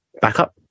backup